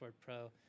Pro